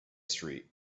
street